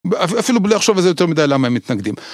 אפילו בלי לחשוב על זה יותר מדי למה הם מתנגדים.